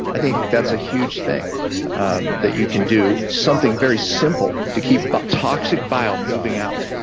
i think that's a huge thing and that you can do, something very simple to keep but toxic bile moving out,